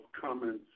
comments